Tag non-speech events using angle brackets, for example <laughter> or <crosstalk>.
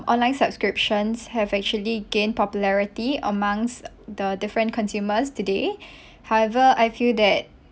online subscriptions have actually gained popularity amongst the different consumers today <breath> however I feel that